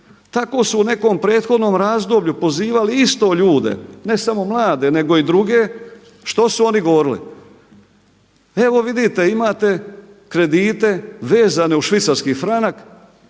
Tako su u nekom prethodnom razdoblju pozivali isto ljude, ne samo mlade nego i druge, što su oni govorili, evo vidite imate kredite vezane uz švicarski franak